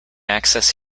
access